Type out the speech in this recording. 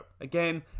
Again